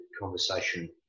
conversation